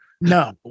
No